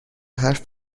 حرف